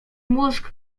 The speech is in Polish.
mózg